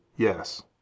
yes